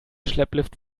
schlepplift